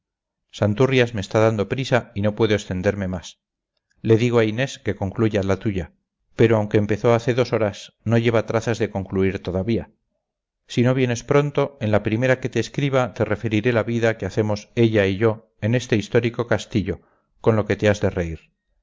santurrias me está dando prisa y no puedo extenderme más le digo a inés que concluya la suya pero aunque empezó hace dos horas no lleva trazas de concluir todavía si no vienes pronto en la primera que te escriba te referiré la vida que hacemos ella y yo en este histórico castillo con lo que te has de reír